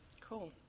Cool